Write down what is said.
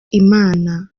imana